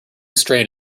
strained